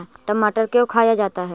टमाटर क्यों खाया जाता है?